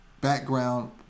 background